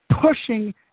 pushing